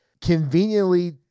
conveniently